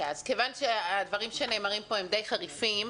כיוון שהדברים שנאמרים פה הם די חריפים,